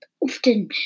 often